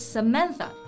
Samantha